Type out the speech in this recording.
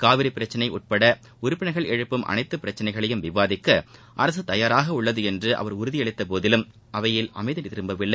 காவிரி பிரச்சினை உட்பட உறுப்பினர்கள் எழுப்பும் அனைத்து பிரச்சினைகளையும் விவாதிக்க அரசு தயாராக உள்ளது என்று அவர் உறுதியளித்த போதிலும் அவையில் அமைதி திரும்பவில்லை